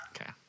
Okay